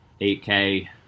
8K